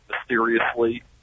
mysteriously